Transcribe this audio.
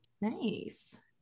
Nice